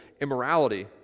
immorality